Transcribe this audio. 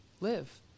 live